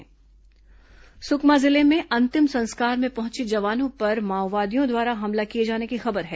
माओवादी घटना सुकमा जिले में अंतिम संस्कार में पहुंचे जवानों पर माओवादियों द्वारा हमला किए जाने की खबर है